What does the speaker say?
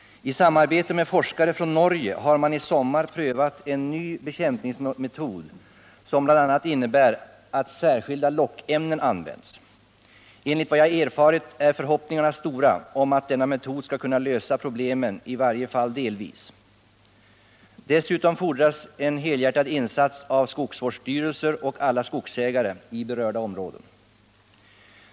I samarbete med forskare från Norge har man i somras prövat en ny bekämpningsmetod som bl.a. innebär att särskilda lockämnen används. Enligt vad jag har erfarit är förhoppningarna stora om att denna metod skall kunna lösa problemen i varje fall delvis. Dessutom fordras en helhjärtad insats av skogsvårdsstyrelser och alla skogsägare i berörda områden.